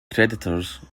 creditors